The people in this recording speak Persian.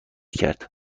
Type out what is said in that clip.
کرد